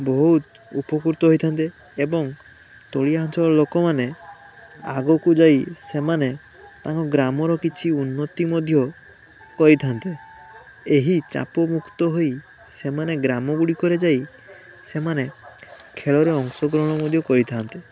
ବହୁତ୍ ଉପକୃତ ହେଇଥାନ୍ତେ ଏବଂ ତଳିଆ ଅଞ୍ଚଳର ଲୋକମାନେ ଆଗକୁ ଯାଇ ସେମାନେ ତାଙ୍କ ଗ୍ରାମର କିଛି ଉନ୍ନତି ମଧ୍ୟ କରିଥାନ୍ତେ ଏହି ଚାପମୁକ୍ତ ହୋଇ ସେମାନେ ଗ୍ରାମ ଗୁଡ଼ିକରେ ଯାଇ ସେମାନେ ଖେଳରେ ଅଂଶଗ୍ରହଣ ମଧ୍ୟ କରିଥାନ୍ତି